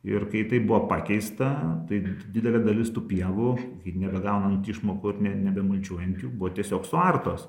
ir kai tai buvo pakeista tai didelė dalis tų pievų nebegaunant išmokų ir ne nebemulčiuojant jų buvo tiesiog suartos